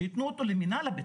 שייתנו אותו למנהל הבטיחות.